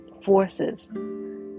forces